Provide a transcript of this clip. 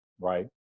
right